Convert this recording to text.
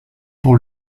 pour